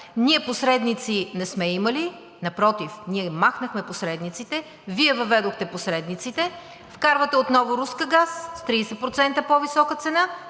Ние посредници не сме имали, а напротив, ние махнахме посредниците. Вие въведохте посредниците и вкарвате отново руски газ с 30% по-висока цена,